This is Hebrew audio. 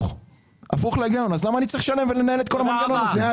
למה אני צריך לשלם כדי לנהל את כל המנגנון הזה?